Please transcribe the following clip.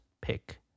Pick